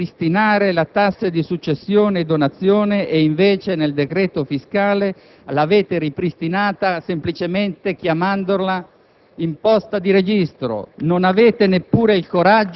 Dite che non volevate ripristinare la tassa di successione e donazione e invece, nel decreto fiscale, l'avete ripristinata semplicemente chiamandola